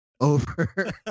Over